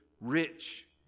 rich